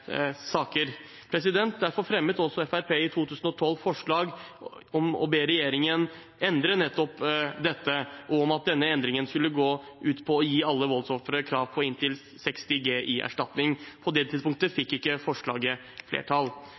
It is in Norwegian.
saker. Derfor fremmet også Fremskrittspartiet i 2012 forslag om å be regjeringen endre nettopp dette, og om at denne endringen skulle gå ut på å gi alle voldsofre krav på inntil 60 G i erstatning. På det tidspunktet fikk ikke forslaget flertall.